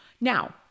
Now